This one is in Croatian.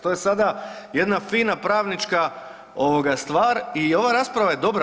To je sada jedna fina pravnička ovoga stvar i ova rasprava je dobra.